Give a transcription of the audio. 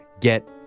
get